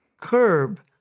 curb